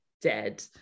dead